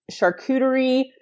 charcuterie